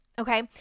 okay